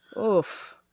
Oof